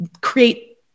create